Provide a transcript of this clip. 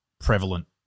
prevalent